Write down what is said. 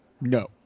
no